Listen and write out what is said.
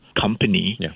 company